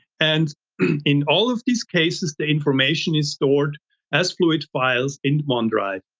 and in all of these cases, the information is stored as fluid files in onedrive.